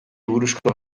buruzko